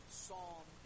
psalm